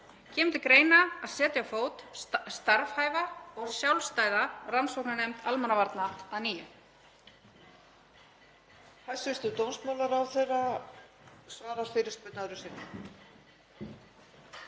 til greina að setja á fót starfhæfa og sjálfstæða rannsóknarnefnd almannavarna að nýju?